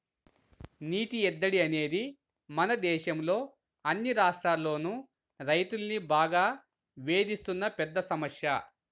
నీటి ఎద్దడి అనేది మన దేశంలో అన్ని రాష్ట్రాల్లోనూ రైతుల్ని బాగా వేధిస్తున్న పెద్ద సమస్య